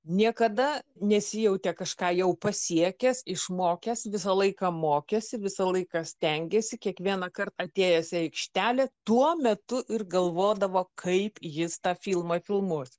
niekada nesijautė kažką jau pasiekęs išmokęs visą laiką mokėsi visą laiką stengėsi kiekvienąkart atėjęs į aikštelę tuo metu ir galvodavo kaip jis tą filmą filmuos